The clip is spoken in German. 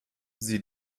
sie